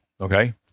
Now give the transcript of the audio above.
okay